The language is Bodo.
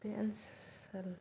बे ओनसोल